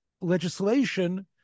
legislation